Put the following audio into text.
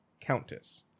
countess